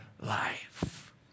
life